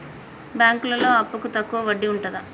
బ్యాంకులలో అప్పుకు తక్కువ వడ్డీ ఉంటదా?